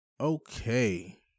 Okay